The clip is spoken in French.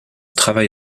travail